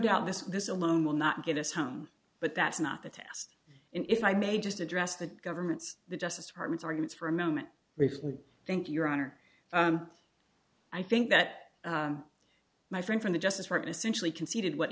doubt this this alone will not get us home but that's not the test and if i may just address the government's the justice department's arguments for a moment recently thank you your honor i think that my friend from the justice for essentially conceded what